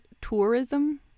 tourism